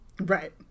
Right